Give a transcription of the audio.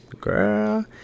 Girl